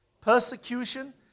persecution